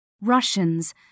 Russians